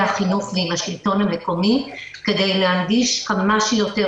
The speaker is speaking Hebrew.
החינוך ועם השלטון המקומי כדי להנגיש כמה שיותר